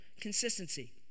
consistency